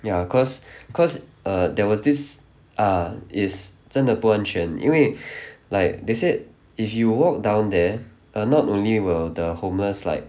ya cause cause err there was this ah is 真的不安全因为 like they said if you walk down there err not only will the homeless like